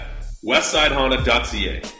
westsidehonda.ca